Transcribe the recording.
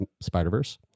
Spider-Verse